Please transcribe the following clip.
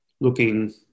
looking